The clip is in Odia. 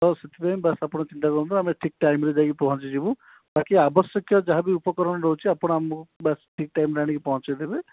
ତ ସେଥିପାଇଁ ବାସ୍ ଆପଣ ଚିନ୍ତା କରନ୍ତୁ ଆମେ ଠିକ୍ ଟାଇମ୍ରେ ଯାଇକି ପହଞ୍ଚିଯିବୁ ବାକି ଆବଶ୍ୟକୀୟ ଯାହା ବି ଉପକରଣ ରହୁଛି ଆପଣ ଆମକୁ ବାସ୍ ଠିକ୍ ଟାଇମ୍ରେ ଆଣିକି ପହଞ୍ଚେଇ ଦେବେ